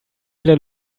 viele